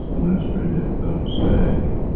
that's pretty difficult to say.